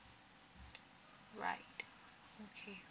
right okay